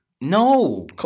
No